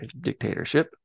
dictatorship